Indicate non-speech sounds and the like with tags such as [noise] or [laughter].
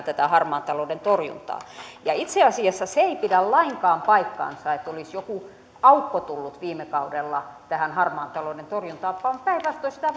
[unintelligible] tätä harmaan talouden torjuntaa itse asiassa se ei pidä lainkaan paikkaansa että olisi joku aukko tullut viime kaudella tähän harmaan talouden torjuntaan vaan päinvastoin sitä [unintelligible]